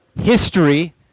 history